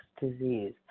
disease